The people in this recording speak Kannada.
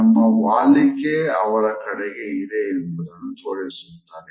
ನಮ್ಮ ವಾಲಿಕೆ ಅವರ ಕಡೆಗೆ ಇದೆ ಎಂಬುದನ್ನು ತೋರಿಸುತ್ತದೆ